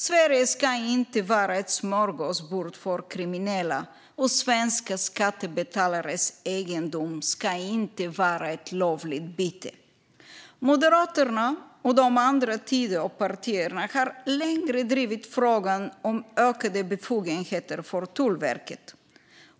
Sverige ska inte vara ett smörgåsbord för kriminella, och svenska skattebetalares egendom ska inte vara lovligt byte. Moderaterna och de andra Tidöpartierna har länge drivit frågan om ökade befogenheter för Tullverket.